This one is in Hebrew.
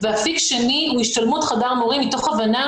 ואפיק שני הוא השתלמות חדר מורים מתוך הבנה